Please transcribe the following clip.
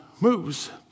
moves